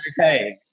okay